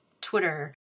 Twitter